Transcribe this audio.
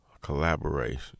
collaboration